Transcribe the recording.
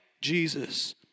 Jesus